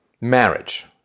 Marriage